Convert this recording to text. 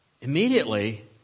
immediately